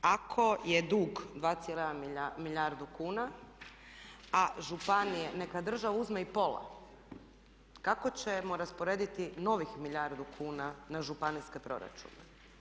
Ako je dug dva cijela milijardu kuna a županije, neka država uzme i pola, kako ćemo rasporediti novih milijardu kuna na županijske proračune?